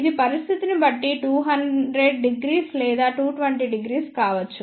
ఇది పరిస్థితిని బట్టి 2000 లేదా 2200 కావచ్చు